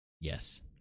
Yes